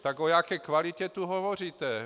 Tak o jaké kvalitě tu hovoříte?